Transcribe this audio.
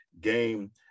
game